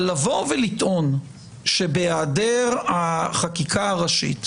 אבל לבוא ולטעון שבהיעדר החקיקה הראשית,